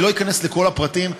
אני לא אכנס לכל הפרטים.